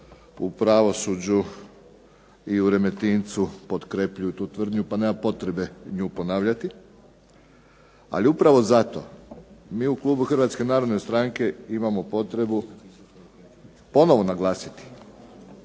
u pravosuđu i u Remetincu potkrjepljuju tu tvrdnju pa nema potrebe nju ponavljati. Ali upravo zato mi u klubu Hrvatske narodne stranke imamo potrebu ponovo naglasiti